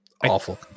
Awful